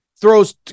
Throws